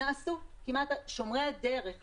נעשו, שומרי הדרך אפילו,